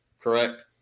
Correct